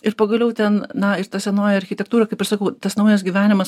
ir pagaliau ten na ir ta senoji architektūra kaip ir sakau tas naujas gyvenimas